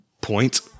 Point